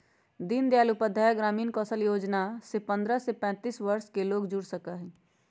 दीन दयाल उपाध्याय ग्रामीण कौशल योजना से पंद्रह से पैतींस वर्ष के लोग जुड़ सका हई